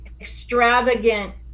extravagant